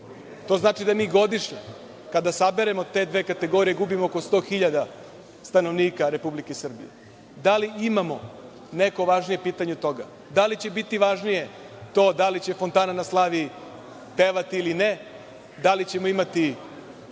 To znači da mi godišnje, kada saberemo te dve kategorije, gubimo oko 100.000 stanovnika Republike Srbije. Da li imamo neko važnije pitanje od toga? Da li će biti važnije to da li će fontana na Slaviji pevati ili ne, da li ćemo imati